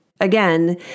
again